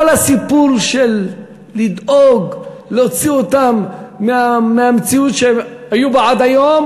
כל הסיפור של לדאוג להוציא אותם מהמציאות שהם היו בה עד היום,